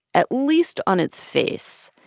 at least on its face,